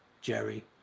Jerry